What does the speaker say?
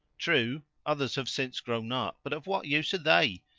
true, others have since grown up, but of what use are they?